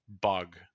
bug